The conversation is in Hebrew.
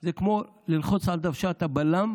זה כמו ללחוץ על דוושת הבלם